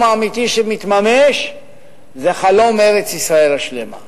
האמיתי שמתממש זה חלום ארץ-ישראל השלמה,